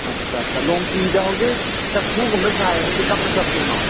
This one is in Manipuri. ꯑꯆꯥ ꯆꯥ ꯂꯣꯡꯄꯤꯗ ꯍꯧꯖꯤꯛ ꯆꯥꯐꯨꯒꯨꯝꯕ ꯁꯥꯏ ꯍꯥꯏꯁꯦ ꯀꯔꯝꯕ ꯆꯐꯨꯅꯣ